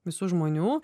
visų žmonių